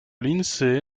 l’insee